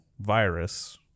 virus